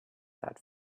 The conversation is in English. that